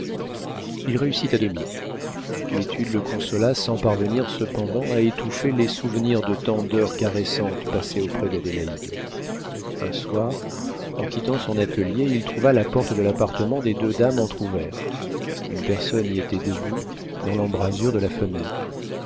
il réussit à demi l'étude le consola sans parvenir cependant à étouffer les souvenirs de tant d'heures caressantes passées auprès d'adélaïde un soir en quittant son atelier il trouva la porte de l'appartement des deux dames entr'ouverte une personne y était debout dans l'embrasure de la fenêtre